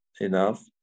enough